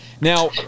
Now